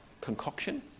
concoction